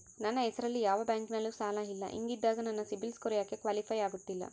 ನನ್ನ ಹೆಸರಲ್ಲಿ ಯಾವ ಬ್ಯಾಂಕಿನಲ್ಲೂ ಸಾಲ ಇಲ್ಲ ಹಿಂಗಿದ್ದಾಗ ನನ್ನ ಸಿಬಿಲ್ ಸ್ಕೋರ್ ಯಾಕೆ ಕ್ವಾಲಿಫೈ ಆಗುತ್ತಿಲ್ಲ?